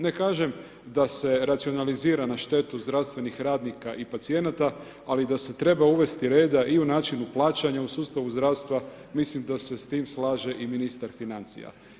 Ne kažem da se racionalizira na štetu zdravstvenih radnika i pacijenata ali da se treba uvesti reda i u način plaćanja u sustavu zdravstva, mislim da se s tim slaže i ministar financija.